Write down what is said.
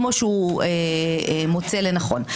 כמו שהוא מוצא לנכון.